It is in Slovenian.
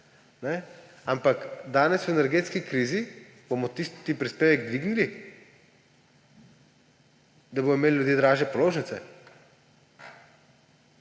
Ampak danes v energetski krizi bomo tisti prispevek dvignili, da bodo imeli ljudje dražje položnice?